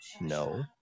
no